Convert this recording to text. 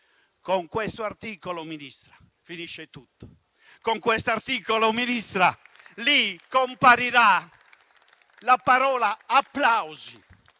Con questo articolo, Ministro, finisce tutto. Con questo articolo, lì comparirà la parola applausi.